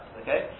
okay